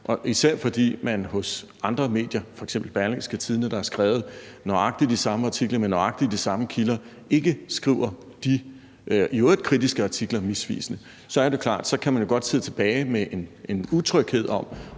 især fordi man hos andre medier, f.eks. Berlingske, der har skrevet nøjagtig de samme artikler med nøjagtig de samme kilder, ikke skriver de i øvrigt kritiske artikler misvisende. Så er det klart, at man godt kan sidde tilbage med en utryghed,